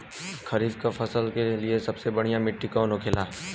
खरीफ की फसल के लिए सबसे बढ़ियां मिट्टी कवन होखेला?